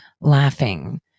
laughing